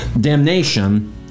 damnation